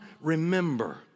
remember